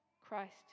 Christ